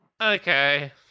Okay